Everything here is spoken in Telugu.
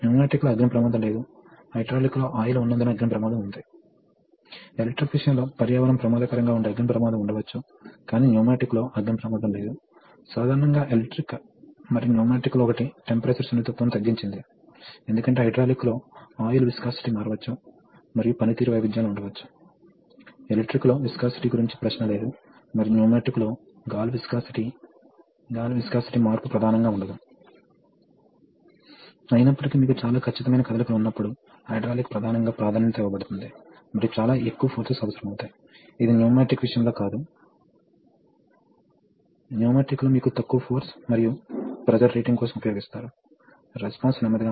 కాబట్టి అది ఎలా జరుగుతుంది కాబట్టి మీరు దాని కోసం ఒక పథకాన్ని కలిగి ఉండాలి కొన్నిసార్లు మీరు పూర్తిగా ఎలక్ట్రికల్ పథకాన్ని కలిగి ఉండవచ్చు కొన్నిసార్లు మీరు సరళంగా ఉండవచ్చు కొన్నిసార్లు మీరు సాధారణ రిలే రకం పథకాన్ని కలిగి ఉండవచ్చు లేదా కొన్నిసార్లు మీరు PLC ఆధారిత పథకం ను కలిగి ఉండవచ్చు కాబట్టి వివిధ ప్రత్యేక ఏర్పాట్లు అవసరం